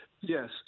Yes